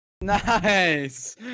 Nice